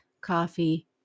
coffee